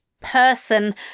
person